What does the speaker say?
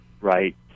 right